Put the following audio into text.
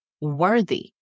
worthy